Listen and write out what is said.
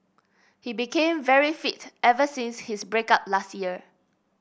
he became very fit ever since his break up last year